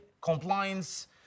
compliance